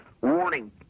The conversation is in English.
Warning